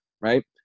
right